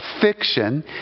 fiction